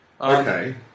Okay